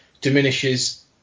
diminishes